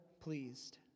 pleased